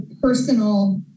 personal